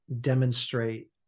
demonstrate